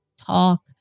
talk